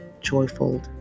joyful